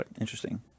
interesting